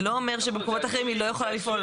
זה לא אומר שבמקומות אחרים היא לא יכולה לפעול.